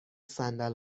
صندل